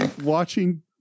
Watching